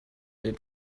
den